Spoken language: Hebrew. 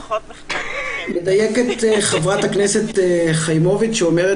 מדייקת חברת הכנסת חיימוביץ' שאומרת